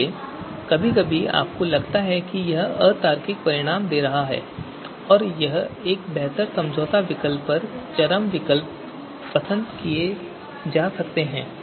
इसलिए कभी कभी आपको लगता है कि यह अतार्किक परिणाम दे रहा है और एक बेहतर समझौता विकल्प पर चरम विकल्प पसंद किए जा सकते हैं